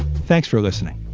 thanks for listening